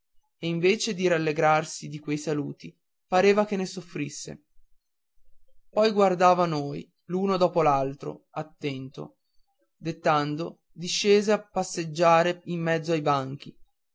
invece di rallegrarsi di quei saluti pareva che ne soffrisse poi guardava noi l'uno dopo l'altro attento dettando discese a passeggiare in mezzo ai banchi